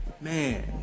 Man